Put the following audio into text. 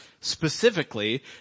specifically